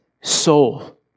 soul